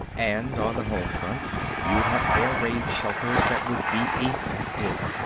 and on the home front, you'd have air-raid shelters that would be effective.